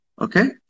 Okay